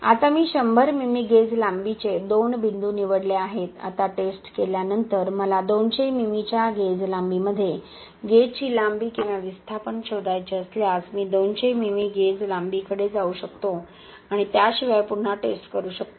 आत्ता मी 100 मिमी गेज लांबीचे दोन बिंदू निवडले आहेत आता टेस्ट केल्यानंतर मला 200 मिमीच्या गेज लांबीमध्ये गेजची लांबी किंवा विस्थापन शोधायचे असल्यास मी 200 मिमी गेज लांबीकडे जाऊ शकतो आणि त्याशिवाय पुन्हा टेस्ट करू शकतो